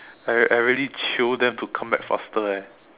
I really jio them to come back faster eh